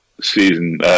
season